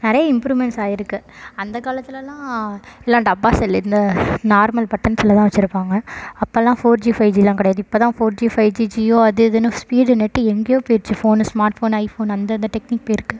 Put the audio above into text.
நிறைய இம்ப்ரூவ்மெண்ட்ஸ் ஆகிருக்கு அந்தக் காலத்துலலாம் எல்லாம் டப்பா செல்லு இந்த நார்மல் பட்டன் செல்லு தான் வச்சிருப்பாங்க அப்போல்லாம் ஃபோர் ஜி ஃபை ஜிலாம் கிடையாது இப்போ தான் four G five G Jio அது இதுன்னு ஸ்பீடு நெட்டு எங்கேயோ போயிடுச்சு ஃபோனு ஸ்மார்ட் ஃபோனு ஐஃபோனு அந்தந்த டெக்னிக் போயிருக்கு